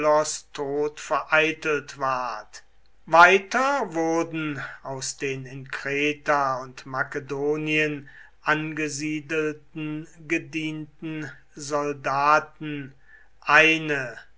tod vereitelt ward weiter wurden aus den in kreta und makedonien angesiedelten gedienten soldaten eine